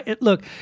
look